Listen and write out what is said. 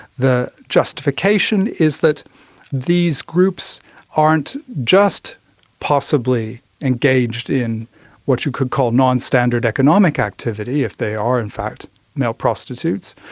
the justification is that these groups aren't just possibly engaged in what you could call non-standard economic activity, if they are in fact male prostitutes,